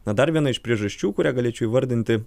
na dar viena iš priežasčių kurią galėčiau įvardinti